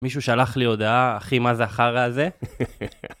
מישהו שלח לי הודעה, אחי, מה זה החרא הזה?